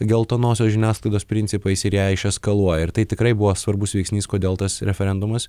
geltonosios žiniasklaidos principais ir ją išeskaluoja ir tai tikrai buvo svarbus veiksnys kodėl tas referendumas